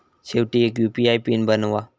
शेवटी एक UPI PIN बनवा